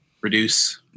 Reduce